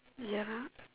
ya